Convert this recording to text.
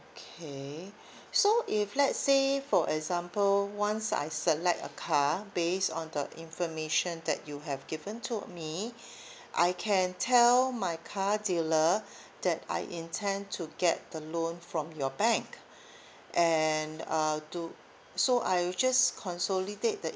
K so if let's say for example once I select a car based on the information that you have given to me I can tell my car dealer that I intend to get the loan from your bank and uh to so I just consolidate that